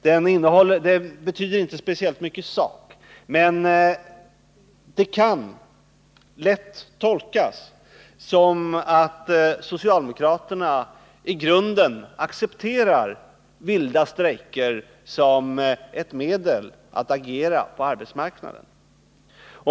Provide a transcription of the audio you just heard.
Den betyder inte speciellt mycket i sak, men socialdemokraternas reservation kan lätt tolkas så att socialdemokraterna i grunden accepterar vilda strejker som ett medel act agera på arbetsmarknaden.